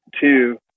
Two